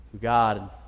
God